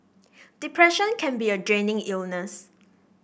depression can be a draining illness